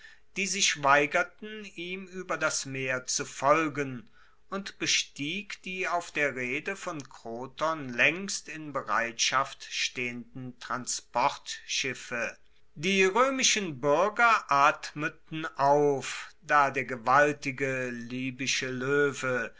die sich weigerten ihm ueber das meer zu folgen und bestieg die auf der rede von kroton laengst in bereitschaft stehenden transportschiffe die roemischen buerger atmeten auf da der gewaltige libysche loewe